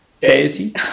deity